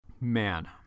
Man